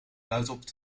luidop